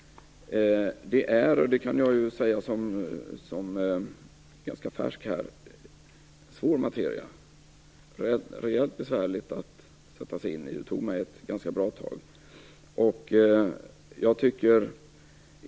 Som ganska ny här kan jag säga att det är en svår materia. Det är rejält besvärligt att sätta sig in i det. Det tog mig ganska lång tid.